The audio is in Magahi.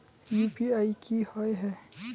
यु.पी.आई की होय है?